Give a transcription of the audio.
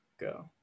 go